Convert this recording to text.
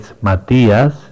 Matías